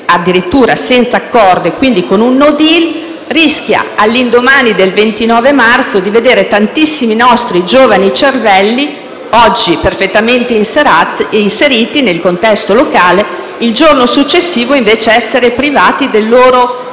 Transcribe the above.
addirittura senza accordo, quindi con un *no deal*, si rischia, all'indomani del 29 marzo, di vedere tantissimi nostri giovani cervelli, oggi perfettamente inseriti nel contesto locale, essere privati del loro *status*